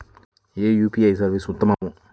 ఏ UPI service ఉత్తమము?